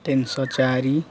ତିନିଶହ ଚାରି